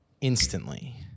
instantly